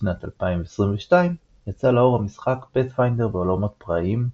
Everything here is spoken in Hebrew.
בשנת 2022 יצא לאור המשחק פאת'פיינדר בעולמות פראיים,